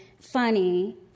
funny